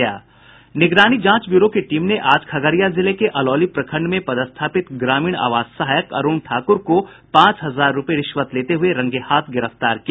निगरानी जांच ब्यूरो की टीम ने आज खगड़िया जिले के अलौली प्रखंड में पदस्थापित ग्रामीण आवास सहायक अरूण ठाक्र को पांच हजार रूपये रिश्वत लेते हुए रंगेहाथ गिरफ्तार किया